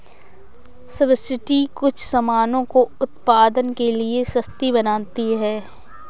subsidy कुछ सामानों को उत्पादन के लिए सस्ती बनाती है